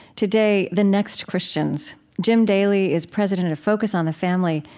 today, the next christians. jim daly is president of focus on the family,